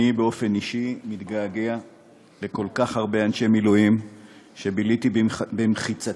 אני באופן אישי מתגעגע לכל כך הרבה אנשי מילואים שביליתי במחיצתם,